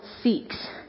seeks